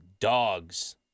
Dogs